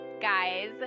guys